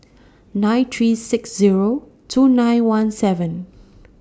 nine three six Zero two nine one seven